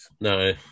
no